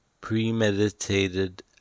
premeditated